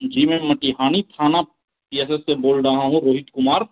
जी मैं मोतिहानी थाना P S S से बोल रहा हूँ रोहित कुमार